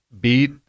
beat